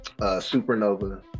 Supernova